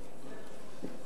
הצעת חוק מקרקעי ישראל (תיקון מס' 3)